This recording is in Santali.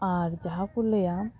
ᱟᱨ ᱡᱟᱦᱟᱸ ᱠᱚ ᱞᱟᱹᱭᱟ